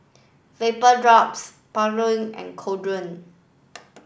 Vapodrops and Kordel